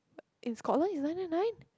uh in Scotland it's nine nine nine